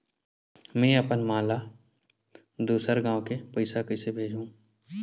में अपन मा ला दुसर गांव से पईसा कइसे भेजहु?